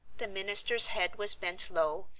the minister's head was bent low,